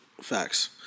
Facts